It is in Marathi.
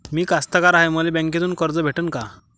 मी कास्तकार हाय, मले बँकेतून कर्ज भेटन का?